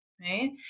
right